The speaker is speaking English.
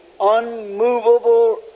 unmovable